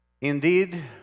Indeed